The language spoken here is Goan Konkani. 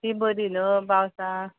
ती बरी न्हय पावसा